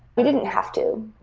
we didn't have to,